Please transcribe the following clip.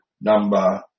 number